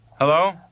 Hello